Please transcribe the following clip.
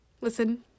listen